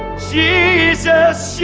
jesus. yeah